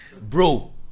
bro